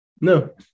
No